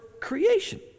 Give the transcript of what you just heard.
creation